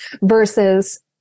versus